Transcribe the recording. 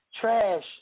trash